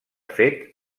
fet